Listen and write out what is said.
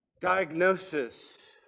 diagnosis